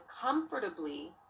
comfortably